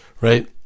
Right